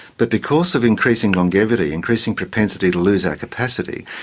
but because of increasing longevity, increasing propensity to lose our capacity,